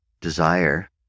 desire